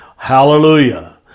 Hallelujah